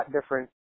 different